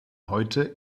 heute